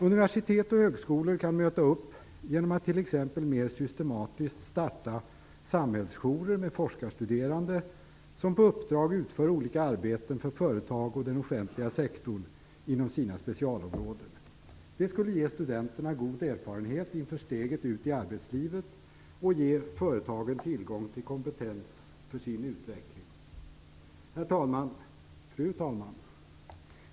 Universitet och högskolor kan möta upp genom att t.ex. mer systematiskt starta samhällsjourer med forskarstuderande, som på uppdrag utför olika arbeten för företag och den offentliga sektorn inom sina specialområden. Det skulle ge studenterna god erfarenhet inför steget ut i arbetslivet och ge företagen tillgång till kompetens för sin utveckling. Fru talman!